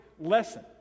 lesson